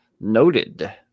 Noted